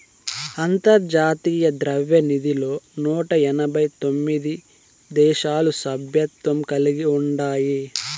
అంతర్జాతీయ ద్రవ్యనిధిలో నూట ఎనబై తొమిది దేశాలు సభ్యత్వం కలిగి ఉండాయి